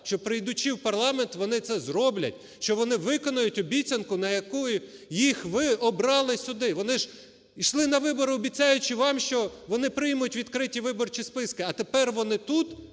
що, прийдучи в парламент, вони це зроблять, що вони виконають обіцянку, на яку їх ви обрали сюди. Вони ж йшли на вибори, обіцяючи вам, що вони приймуть відкриті виборчі списки, а тепер вони тут